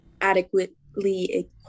adequately